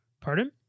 Pardon